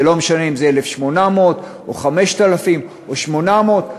זה לא משנה אם זה 1,800 או 5,000 או 800,